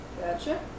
Gotcha